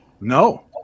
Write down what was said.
No